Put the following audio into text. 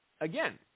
again